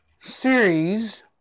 series